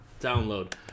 download